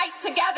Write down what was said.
together